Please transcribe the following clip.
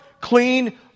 clean